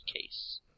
case